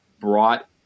brought